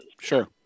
Sure